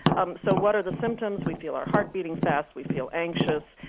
um so what are the symptoms? we feel our heart beating fast, we feel anxious,